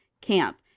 Camp